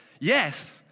yes